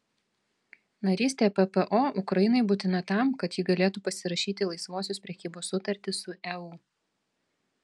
narystė ppo ukrainai būtina tam kad ji galėtų pasirašyti laisvosios prekybos sutartį su eu